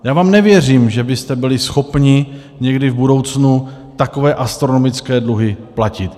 Já vám nevěřím, že byste byli schopni někdy v budoucnu takové astronomické dluhy platit.